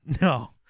No